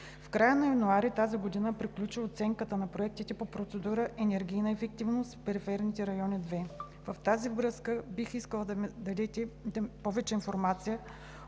В края на месец януари тази година приключи оценката на проектите по процедура „Енергийна ефективност в периферните райони – 2“. В тази връзка бих искала да дадете повече информация